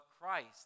Christ